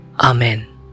amen